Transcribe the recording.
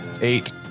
Eight